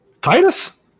Titus